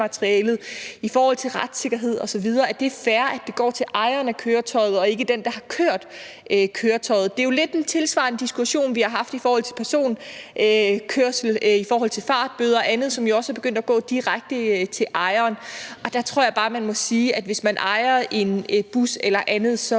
høringsmaterialet i forhold til retssikkerhed osv.: Er det fair, at det går til ejeren af køretøjet, og ikke den, der har kørt køretøjet? Det er jo lidt en tilsvarende diskussion, vi har haft i forhold til personkørsel og i forhold til fartbøder og andet, som jo også er begyndt at gå direkte til ejeren. Der tror jeg bare, man må sige, at hvis man ejer en bus eller andet, må